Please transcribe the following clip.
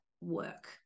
work